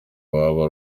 baba